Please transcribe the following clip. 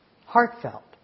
heartfelt